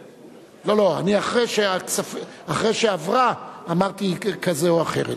לא, לא, אני אחרי שעברה, אמרתי כזו או אחרת.